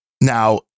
Now